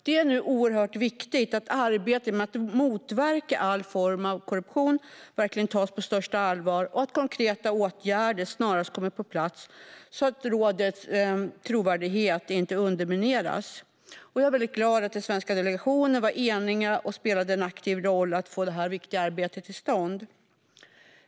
Det är nu oerhört viktigt att arbetet med att motverka all form av korruption verkligen tas på största allvar och att konkreta åtgärder snarast kommer på plats så att rådets trovärdighet inte undermineras. Jag är glad att den svenska delegationen var enig och spelade en aktiv roll i att få det viktiga arbetet till stånd.